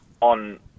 on